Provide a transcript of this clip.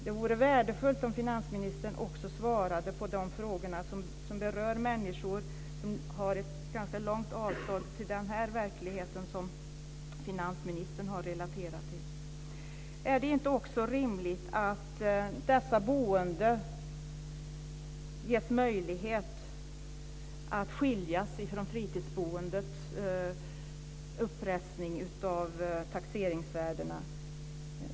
Det vore värdefullt om finansministern också svarade på de frågor som berör människor som har ett ganska långt avstånd till den verklighet som finansministern har relaterat till. Är det inte också rimligt att dessa människors boende skiljs från fritidsboendet och dess uppressning av taxeringsvärden?